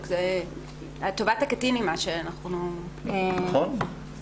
טובת הקטין היא מה שאנחנו בוחנים.